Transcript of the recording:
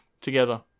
together